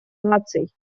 наций